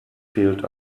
fehlt